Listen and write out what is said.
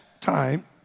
time